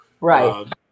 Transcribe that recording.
Right